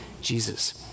Jesus